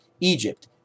Egypt